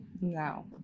no